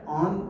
on